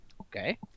Okay